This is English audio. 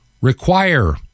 Require